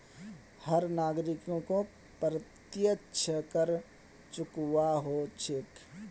हर नागरिकोक अप्रत्यक्ष कर चुकव्वा हो छेक